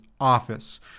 office